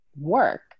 work